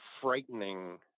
frightening